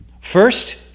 First